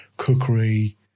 cookery